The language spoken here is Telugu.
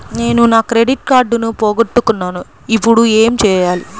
నేను నా క్రెడిట్ కార్డును పోగొట్టుకున్నాను ఇపుడు ఏం చేయాలి?